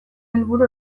helburu